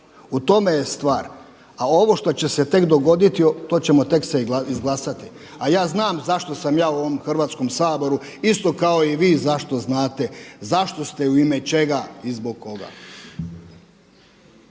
U tome je stvar. A ovo što će se tek dogoditi to ćemo tek se izglasati. A ja znam zašto sam ja u ovom Hrvatskom saboru isto kao i vi zašto znate zašto ste u ime čega i zbog koga.